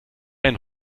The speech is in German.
ein